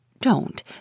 Don't